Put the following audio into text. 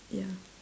ya